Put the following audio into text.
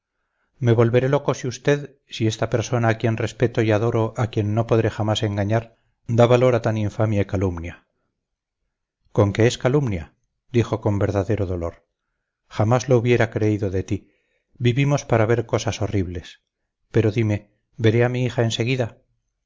me volveré loco si usted si esta persona a quien respeto y adoro a quien no podré jamás engañar da valor a tan infame calumnia con que es calumnia dijo con verdadero dolor jamás lo hubiera creído en ti vivimos para ver cosas horribles pero dime veré a mi hija